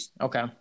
Okay